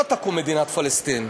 לא תקום מדינת פלסטין.